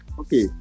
okay